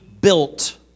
built